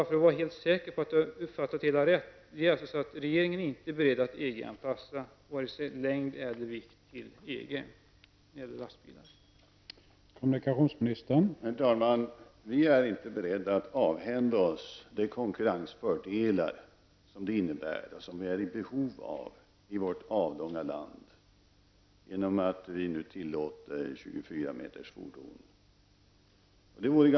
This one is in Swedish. För att vara helt säker på att jag har uppfattat det hela rätt vill jag fråga: Regeringen är alltså inte beredd att EG-anpassa vare sig längd eller vikt när det gäller lastbilar till EG?